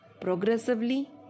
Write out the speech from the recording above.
Progressively